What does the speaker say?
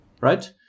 right